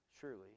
Surely